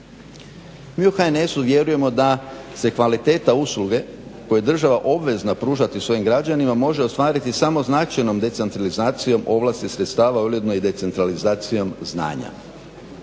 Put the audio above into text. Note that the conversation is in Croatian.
Mi u HNS-u vjerujemo da se kvaliteta usluge koju je država obvezna pružati svojim građanima može ostvariti samo značajnom decentralizacijom ovlasti sredstava, a ujedno i decentralizacijom znanja.